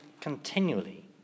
continually